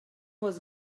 was